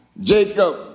Jacob